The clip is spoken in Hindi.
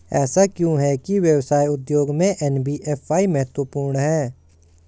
ऐसा क्यों है कि व्यवसाय उद्योग में एन.बी.एफ.आई महत्वपूर्ण है?